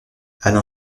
alain